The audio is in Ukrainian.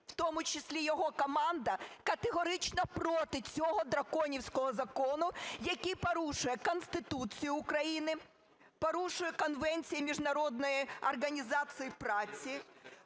в тому числі його команда, категорично проти цього "драконівського" закону, який порушує Конституцію України, порушує конвенції Міжнародної організації праці.